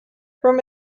from